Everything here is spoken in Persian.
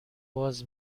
باز